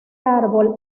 árbol